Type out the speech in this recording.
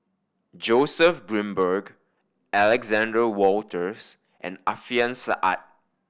Joseph Grimberg Alexander Wolters and Alfian Sa'at